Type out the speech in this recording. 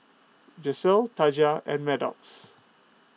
Gisselle Taja and Maddox